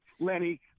Lenny